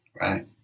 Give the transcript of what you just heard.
right